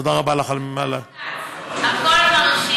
תודה רבה לך על, השר כץ, הכול מרשים.